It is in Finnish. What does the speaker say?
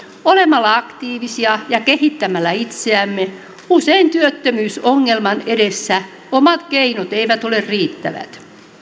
olemalla aktiivisia ja kehittämällä itseämme usein työttömyysongelman edessä omat keinot eivät ole riittävät